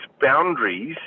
boundaries